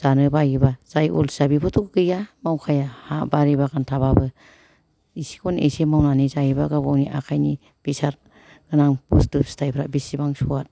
जानो बायोबा जाय अलसिया बेफोरथ' गैया मावखाया हा बारि बागान थाबाबो इसेखौनो इसे मावनानै जायोबा गाव गावनि आखाइनि बेसाद गोनां बुस्थु फिथाइफ्रा बिसिबां स्वाद